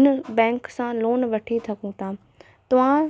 इन बैंक सां लोन वठी सघूं था तव्हां